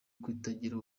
kutagira